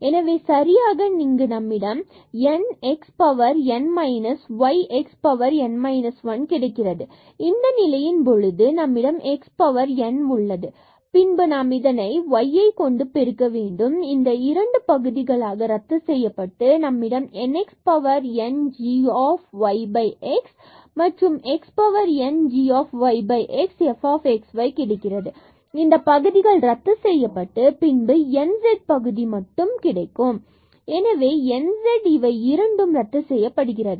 எனவே சரியாக இங்கு நம்மிடம் n x power n minus y x power n minus 1 கிடைக்கிறது இந்த நிலையின் பொழுது நம்மிடம் x power n உள்ளது பின்பு நாம் இதனை y பெருக்க வேண்டும் மற்றும் இந்த இரண்டு பகுதிகளாக ரத்து செய்யப்பட்டு இங்கு நம்மிடம் n x power n g y x x power n g y x f x y கிடைக்கிறது இந்த பகுதிகள் ரத்து செய்யப்பட்டு பின்பு நம்மிடம் n z பகுதி மட்டும் கிடைக்கும் எனவே n and z இவை இரண்டும் ரத்து செய்யப்படுகிறது